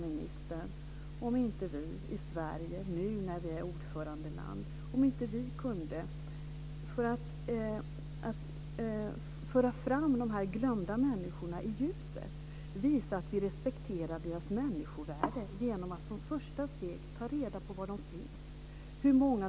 Men vad gör vi åt dem som i dag finns där?